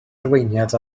arweiniad